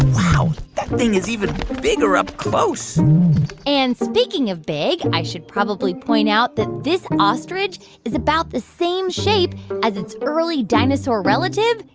wow. that thing is even bigger up close and speaking of big, i should probably point out that this ostrich is about the same shape as its early dinosaur relative,